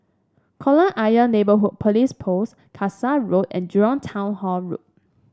Kolam Ayer Neighbourhood Police Post Kasai Road and Jurong Town Hall Road